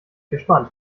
gespannt